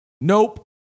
Nope